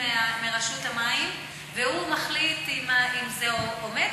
מרשות המים והוא מחליט אם זה עומד?